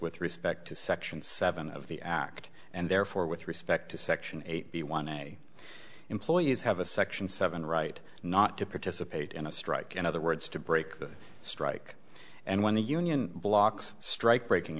with respect to section seven of the act and therefore with respect to section eighty one a employees have a section seven right not to participate in a strike in other words to break the strike and when the union blocks strike breaking